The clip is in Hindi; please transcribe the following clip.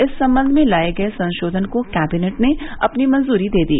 इस संबंध में लाये गये संशोधन को कैबिनेट ने अपनी मंजूरी दे दी